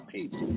Peace